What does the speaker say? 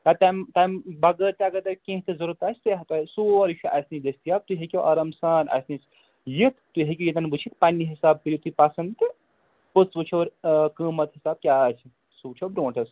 یا تَمہِ تَمہِ بغٲر تہِ اَگر تۅہہِ کیٚنٛہہ تہِ ضروٗرَت آسہِ تہِ ہیکو أسۍ سورُے چھُ اَسہِ نِش دٔستِیاب تُہۍ ہیٚکِو آرام سان اَسہِ نِش یِتھ تُہۍ ہیٚکِو یِتٮ۪ن وُچھِتھ پَنٕنہِ حِساب تہِ کٔرِو پسنٛد تہٕ پوٚتُس وُچھِو قٕمَتھ حِساب کیٛاہ آسہِ سُہ وُچھِو برٛونٛٹھس